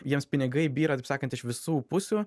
jiems pinigai byra taip sakant iš visų pusių